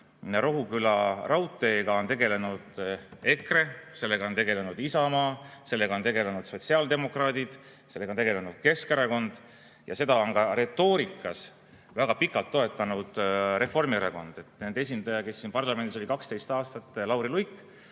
Rohuküla raudteega on tegelenud EKRE, sellega on tegelenud Isamaa, sellega on tegelenud sotsiaaldemokraadid, sellega on tegelenud Keskerakond ja seda on retoorikas väga pikalt toetanud ka Reformierakond: nende esindaja Lauri Luik, kes siin parlamendis oli 12 aastat, tegeles